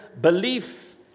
belief